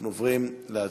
אנחנו עוברים להצבעה.